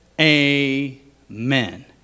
Amen